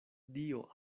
dio